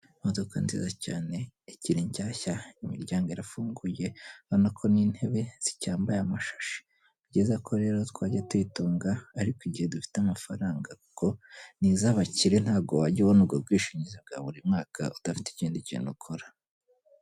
Imodoka nziza cyane ikiri nshyashya imiryango irafunguye ubona ko n'intebe zicyambaye amashashi, ni byiza ko rero twajya tuyitunga ariko igihe dufite amafaranga kuko ni iz'abakire ntago wajya ubona ubwo bwishingizi bwa buri mwaka udafite ikindi kintu ukora.